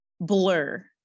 blur